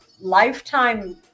lifetime